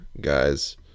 guys